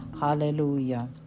Hallelujah